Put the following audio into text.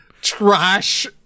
Trash